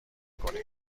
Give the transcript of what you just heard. کنیم